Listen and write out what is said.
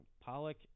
Pollock